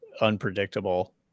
unpredictable